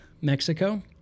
Mexico